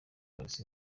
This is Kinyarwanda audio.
alex